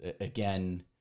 again